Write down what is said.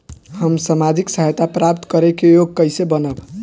हम सामाजिक सहायता प्राप्त करे के योग्य कइसे बनब?